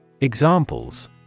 Examples